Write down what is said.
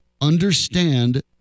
understand